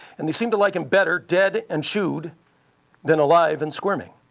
and they seemed to like him better dead and chewed than alive and squirming.